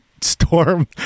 storm